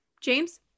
James